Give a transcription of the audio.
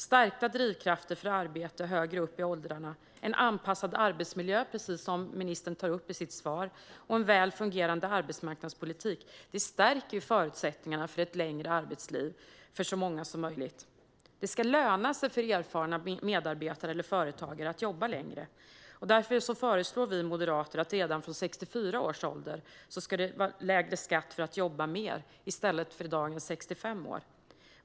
Stärkta drivkrafter för arbete högre upp i åldrarna, en anpassad arbetsmiljö, precis som ministern tar upp i sitt svar, och en väl fungerande arbetsmarknadspolitik stärker förutsättningarna för ett längre arbetsliv för så många som möjligt. Det ska löna sig för erfarna medarbetare eller företagare att jobba längre. Därför föreslår vi moderater att det redan från 64 års ålder, i stället för dagens 65 år, ska vara lägre skatt för att jobba mer.